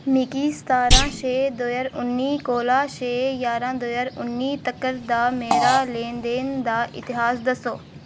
मिगी सतारां छे दो उन्नी कोला छे जारां दो ज्हार उन्नी तक्कर दा मेरा लेन देन दा इतिहास दस्सो